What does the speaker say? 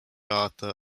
arthur